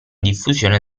diffusione